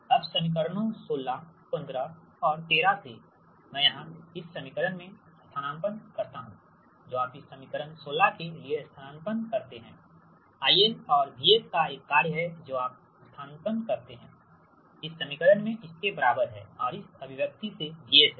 अब समीकरणों 16 15 और 13 से मैं यहाँ इस समीकरण में स्थानापन्न करता हूँ जो आप इस समीकरण 16 के लिए स्थानापन्न करते हैं IL और VS का एक कार्य है जो आप स्थानापन्न करते हैं IL इस समीकरण में इसके बराबर है और इस अभिव्यक्ति से VS है